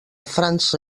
frança